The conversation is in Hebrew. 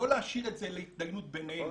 לא להשאיר את זה להתדיינות ביניהם.